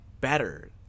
better